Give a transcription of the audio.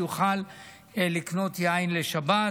שנוכל לקנות יין לשבת.